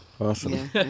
Awesome